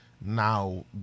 now